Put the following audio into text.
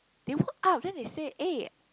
they woke up then they say eh